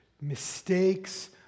mistakes